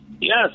Yes